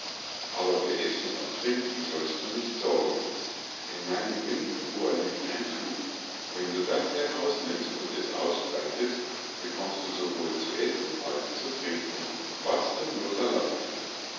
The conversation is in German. aber für essen und trinken sollst du nicht sorgen in meinem linken ohr liegt ein tuch wenn du das herausnimmst und es ausbreitest bekommst du sowohl zu essen als zu trinken was du nur verlangst